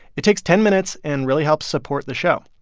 it takes ten minutes and really helps support the show.